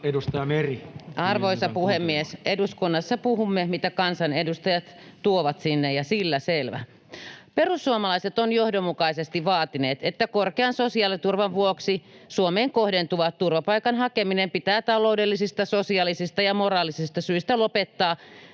Arvoisa puhemies! Eduskunnassa puhumme, mitä kansanedustajat tuovat sinne, ja sillä selvä. Perussuomalaiset ovat johdonmukaisesti vaatineet, että korkean sosiaaliturvan vuoksi Suomeen kohdentuva turvapaikan hakeminen pitää taloudellisista, sosiaalisista ja moraalisista syistä lopettaa